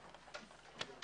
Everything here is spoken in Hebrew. הישיבה נעולה.